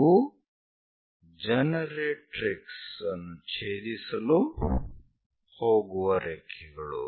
ಇವು ಜನರೇಟರಿಕ್ಸ್ ಅನ್ನು ಛೇದಿಸಲು ಹೋಗುವ ರೇಖೆಗಳು